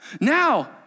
Now